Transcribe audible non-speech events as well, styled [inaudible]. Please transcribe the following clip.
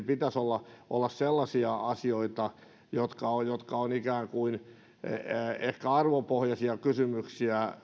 [unintelligible] pitäisi koskea sellaisia asioita jotka ovat jotka ovat ikään kuin lainsäädäntöön liittyviä ehkä arvopohjaisia kysymyksiä